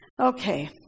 Okay